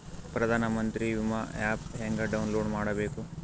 ಪ್ರಧಾನಮಂತ್ರಿ ವಿಮಾ ಆ್ಯಪ್ ಹೆಂಗ ಡೌನ್ಲೋಡ್ ಮಾಡಬೇಕು?